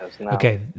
okay